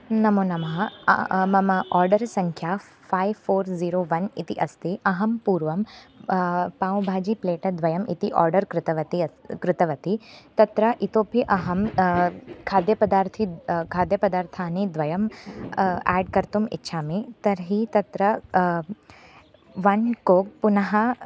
नमोनमः आर्डर् सङ्ख्या five four zero one अस्ति अहं पूर्वं पावभाजि प्लेटद्वयम् इति आर्डर् कृतवती अस् कृतवती तत्र इतोपि अहं खाद्यपदार्थः खाद्यपदार्थाः द्वयम् एड् कर्तुम् इच्छामि तर्हि तत्र वन् कोक् पुनः